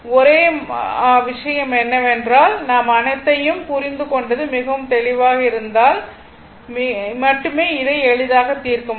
ஒரே விஷயம் என்னவென்றால் நாம் அனைத்தையும் புரிந்து கொண்டது மிகவும் தெளிவாக இருந்தால் மட்டுமே அதை எளிதாக தீர்க்க முடியும்